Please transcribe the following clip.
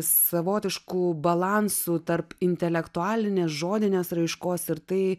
savotišku balansu tarp intelektualinės žodinės raiškos ir tai